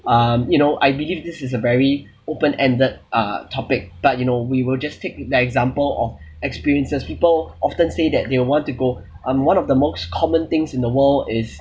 um you know I believe this is a very open ended uh topic but you know we will just stick with the example of experiences people often say that they'll want to go um one of the most common things in the world is